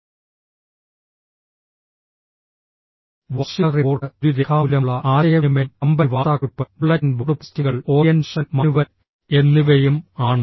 വാർഷിക റിപ്പോർട്ട് ഒരു രേഖാമൂലമുള്ള ആശയവിനിമയം കമ്പനി വാർത്താക്കുറിപ്പ് ബുള്ളറ്റിൻ ബോർഡ് പോസ്റ്റിംഗുകൾ ഓറിയന്റേഷൻ മാനുവൽ എന്നിവയും ആണ്